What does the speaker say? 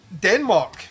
Denmark